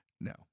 No